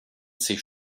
sich